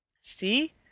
See